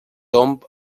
tomb